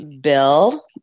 Bill